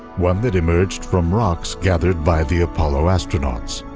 one that emerged from rocks gathered by the apollo astronauts.